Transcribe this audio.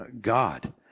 God